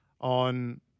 on